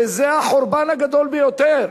וזה החורבן הגדול ביותר,